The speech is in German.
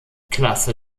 klasse